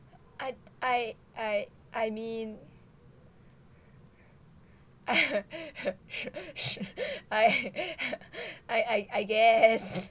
I I I I mean I I I I guess